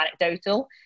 anecdotal